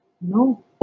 No